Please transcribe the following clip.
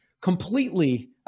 completely